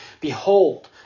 Behold